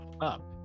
up